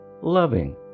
loving